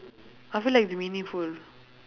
I feel like it's meaningful